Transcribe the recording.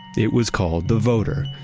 it was called the voder,